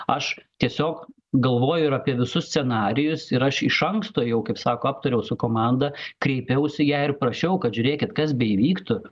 aš tiesiog galvoju ir apie visus scenarijus ir aš iš anksto jau kaip sako aptariau su komanda kreipiausi į ją ir prašiau kad žiūrėkit kas beįvyktų